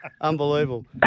Unbelievable